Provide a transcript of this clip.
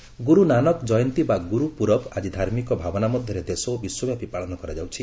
ନାନକ କୟନ୍ତୀ ଗୁରୁ ନାନକ ଜୟନ୍ତୀ ବା ଗୁରୁପୂରବ୍ ଆଜି ଧାର୍ମିକ ଭାବନା ମଧ୍ୟରେ ଦେଶ ଓ ବିଶ୍ୱବ୍ୟାପୀ ପାଳନ କରାଯାଉଛି